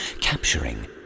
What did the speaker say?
capturing